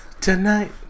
tonight